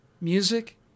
music